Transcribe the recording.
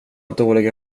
dåliga